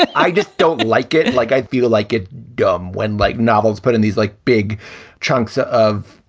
i just don't like it. like, i feel like it does um when, like, novels put in these like big chunks of,